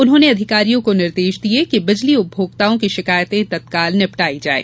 उन्होंने अधिकारियों को निर्देश दिये कि बिजली उपभोक्ताओं की शिकायतें तत्काल निबटाई जाये